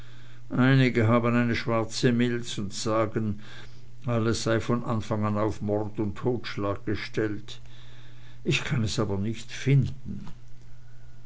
einige haben eine schwarze milz und sagen alles sei von anfang an auf mord und totschlag gestellt ich kann es aber nicht finden